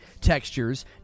textures